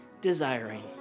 desiring